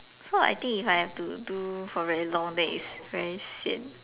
so I think if I have to do for very long then is very sian